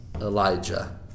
Elijah